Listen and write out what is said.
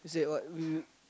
it said what we'll